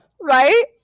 right